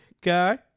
guy